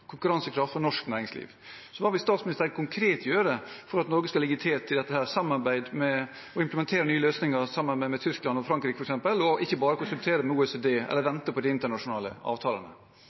konkurransekraft for norsk næringsliv. Så hva vil statsministeren konkret gjøre for at Norge skal ligge i teten og implementere nye løsninger, sammen med f.eks. Tyskland og Frankrike, og ikke bare peke på OECD eller vente på de internasjonale avtalene?